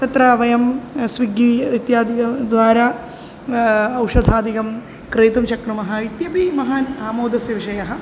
तत्र वयं स्विग्गी इत्यादिकं द्वारा औषधादिकं क्रेतुं शक्नुमः इत्यपि महान् आमोदस्य विषयः